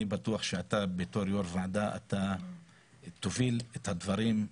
בטוח שאתה בתור יו"ר ועדה תוביל את הדברים.